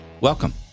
welcome